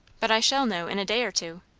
but i shall know in a day or two.